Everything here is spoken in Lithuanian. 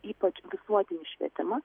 ypač visuotinį švietimą